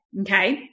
Okay